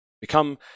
become